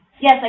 Yes